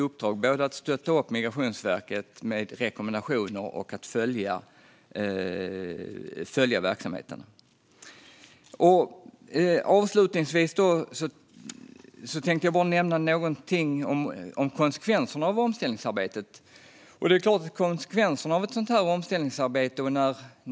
Det handlar både om att stödja Migrationsverket med rekommendationer och om att följa verksamheten. Avslutningsvis tänkte jag bara nämna något om konsekvenserna av omställningsarbetet. Det är klart att det blir konsekvenser av ett sådant omställningsarbete.